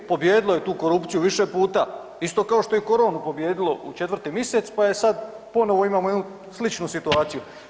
Pobijedilo je tu korupciju više puta, isto kao što je i koronu pobijedilo u 4. misec pa je sad ponovo imamo jednu sličnu situaciju.